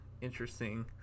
interesting